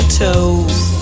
toes